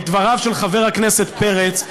את דבריו של חבר הכנסת פרץ,